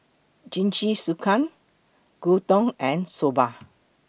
Jingisukan Gyudon and Soba